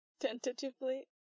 tentatively